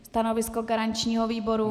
Stanovisko garančního výboru?